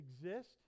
exist